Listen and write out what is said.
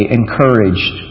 encouraged